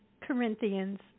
Corinthians